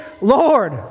Lord